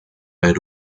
era